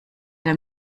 der